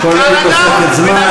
הטעויות ההיסטוריות נעשו.